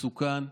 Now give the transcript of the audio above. מסוכן,